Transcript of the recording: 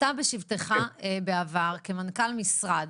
אתה בעבר כמנכ"ל משרד,